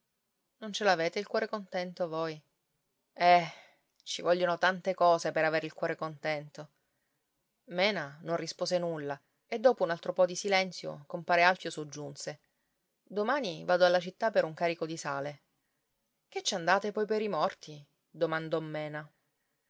non ce l'avete il cuore contento voi eh ci vogliono tante cose per avere il cuore contento mena non rispose nulla e dopo un altro po di silenzio compare alfio soggiunse domani vado alla città per un carico di sale che ci andate poi per i morti domandò mena